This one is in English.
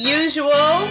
usual